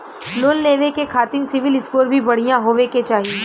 Loan लेवे के खातिन सिविल स्कोर भी बढ़िया होवें के चाही?